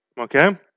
Okay